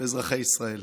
אזרחי ישראל,